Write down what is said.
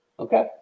Okay